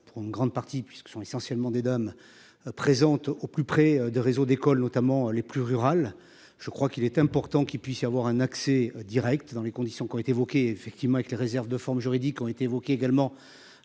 pour une grande partie puisque ce sont essentiellement des Dom. Présente au plus près de réseau d'écoles, notamment les plus rurales. Je crois qu'il est important qu'il puisse y avoir un accès Direct dans les conditions qui ont été évoqué effectivement avec les réserves de forme juridique ont été évoquée également